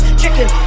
chicken